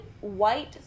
white